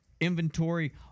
inventory